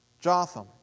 Jotham